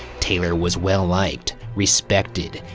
taylor was well-liked, respected,